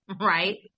right